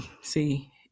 see